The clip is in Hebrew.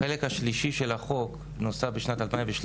החלק השלישי של החוק נוצר בשנת 2013